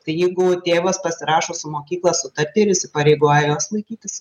tai jeigu tėvas pasirašo su mokykla sutartį ir įsipareigoja jos laikytis